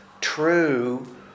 true